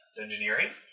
Engineering